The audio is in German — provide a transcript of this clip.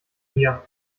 mir